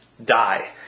Die